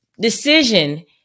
decision